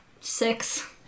Six